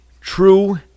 true